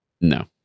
No